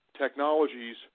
technologies